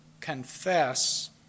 confess